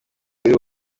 uri